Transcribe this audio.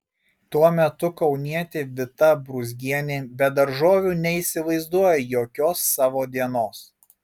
tuo metu kaunietė vita brūzgienė be daržovių neįsivaizduoja jokios savo dienos